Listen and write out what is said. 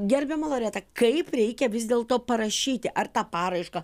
gerbiama loreta kaip reikia vis dėlto parašyti ar tą paraišką